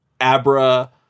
Abra